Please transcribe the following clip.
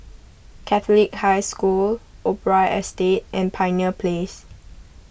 Catholic High School Opera Estate and Pioneer Place